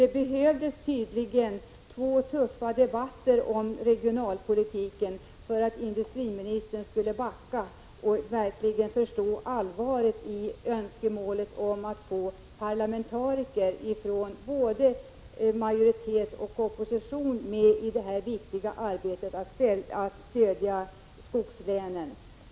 Det behövdes tydligen två tuffa debatter om regionalpolitiken för att industriministern skulle backa och verkligen förstå allvaret bakom önskemålet om att få med parlamentariker från majoritet och opposition i det viktiga arbetet att stödja skogslänen.